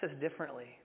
differently